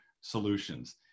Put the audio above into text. solutions